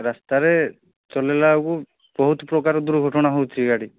ରାସ୍ତାରେ ଚଲାଇଲାବେଳକୁ ବହୁତ ପ୍ରକାର ଦୁର୍ଘଟଣା ହେଉଛି ଗାଡ଼ି